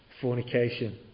fornication